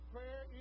Prayer